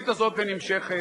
וזה נכון שנהיה מוכנים